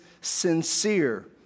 sincere